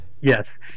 Yes